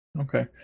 Okay